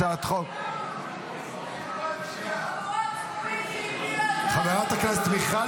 הצעת חוק --- חבורת צבועים שהפילה הצעה --- חברת הכנסת מיכל,